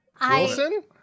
Wilson